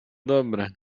dobry